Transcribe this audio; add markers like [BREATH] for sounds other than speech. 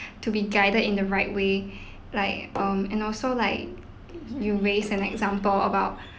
to be guided in the right way [BREATH] like um and also like you raised an example about